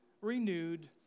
renewed